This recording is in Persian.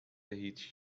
هیچ